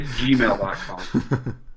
gmail.com